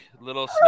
little